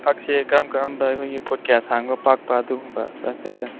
ꯐꯛꯁꯦ ꯀꯔꯝ ꯀꯔꯝꯕ ꯑꯩꯈꯣꯏꯒꯤ ꯐꯨꯠ ꯀꯌꯥ ꯁꯥꯡꯕ ꯄꯥꯛꯄ ꯑꯗꯨꯒꯨꯝꯕꯗꯨ ꯍꯥꯏꯐꯦꯠꯇꯪ